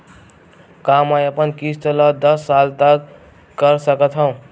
का मैं अपन किस्त ला दस साल तक कर सकत हव?